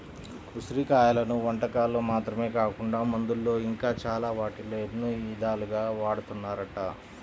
ఉసిరి కాయలను వంటకాల్లో మాత్రమే కాకుండా మందుల్లో ఇంకా చాలా వాటిల్లో ఎన్నో ఇదాలుగా వాడతన్నారంట